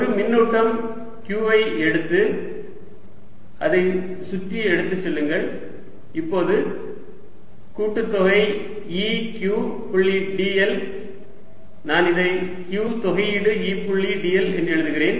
ஒரு மின்னூட்டம் q ஐ எடுத்து அதை சுற்றி எடுத்துச் செல்லுங்கள் இப்போது கூட்டுத்தொகை E q புள்ளி dl நான் இதை q தொகையீடு E புள்ளி dl என்று எழுதுகிறேன்